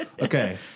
Okay